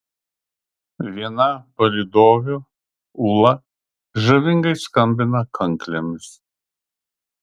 viena palydovių ula žavingai skambina kanklėmis